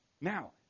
Now